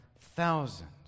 thousands